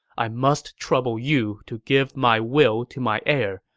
i must trouble you to give my will to my heir,